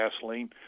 gasoline